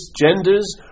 genders